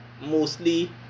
mostly